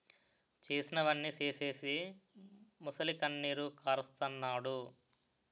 చేసినవన్నీ సేసీసి మొసలికన్నీరు కారస్తన్నాడు